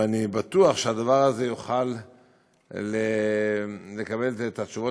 ואני בטוח שהדבר הזה יוכל לקבל את התשובות